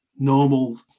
Normal